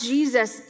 Jesus